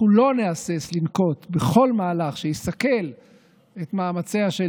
אנחנו לא נהסס לנקוט כל מהלך שיסכל את מאמציה של